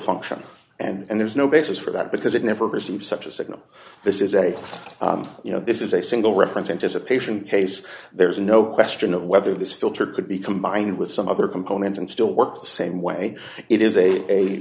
function and there's no basis for that because it never received such a signal this is a you know this is a single reference anticipation case there is no question of whether this filter could be combined with some other component and still work the same way it is a